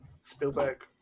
Spielberg